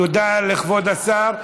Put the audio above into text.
תודה לכבוד השר.